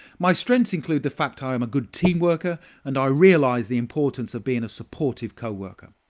my strengths include the fact i am a good team worker and i realize the importance of being a supportive co-worker.